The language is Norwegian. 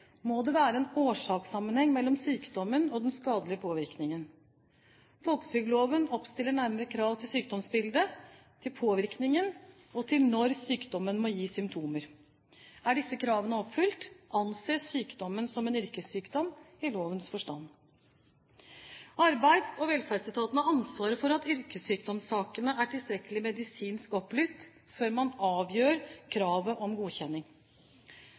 må det være en årsakssammenheng mellom sykdommen og den skadelige påvirkningen. Folketrygdloven oppstiller nærmere krav til sykdomsbildet, til påvirkningen og til når sykdommen må gi symptomer. Er disse kravene oppfylt, anses sykdommen som en yrkessykdom i lovens forstand. Arbeids- og velferdsetaten har ansvaret for at yrkessykdomssakene er tilstrekkelig medisinsk opplyst før man avgjør kravet om godkjenning.